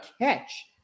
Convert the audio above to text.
catch